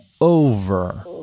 over